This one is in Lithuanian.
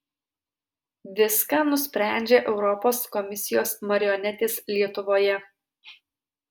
viską nusprendžia europos komisijos marionetės lietuvoje